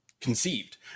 conceived